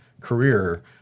career